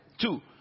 Two